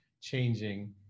changing